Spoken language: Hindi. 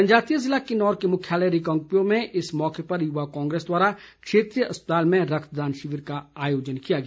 जनजातीय ज़िला किन्नौर के मुख्यालय रिकांगपिओ में इस मौके पर युवा कांग्रेस द्वारा क्षेत्रीय अस्पताल में रक्तदान शिविर का आयोजन किया गया